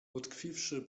utkwiwszy